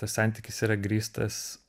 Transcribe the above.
tas santykis yra grįstas